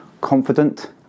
confident